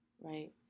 right